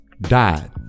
Died